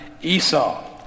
Esau